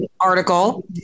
article